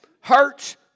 Hurts